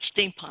Steampunk